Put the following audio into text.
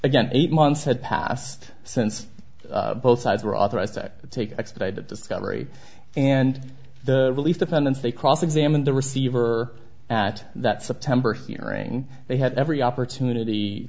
again eight months had passed since both sides were authorized to take expedited discovery and the release defendants they cross examine the receiver at that september hearing they had every opportunity